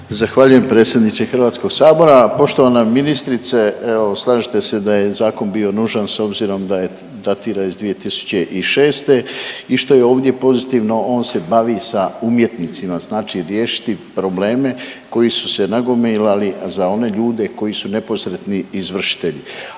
Zahvaljujem predsjedniče Hrvatskog sabora. Poštovana ministrice, evo slažete se da je zakon bio nužan s obzirom da datira iz 2006. I što je ovdje pozitivno on se bavi sa umjetnicima, znači riješiti probleme koji su se nagomilali a za one ljude koji su neposredni izvršitelji.